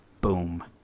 Boom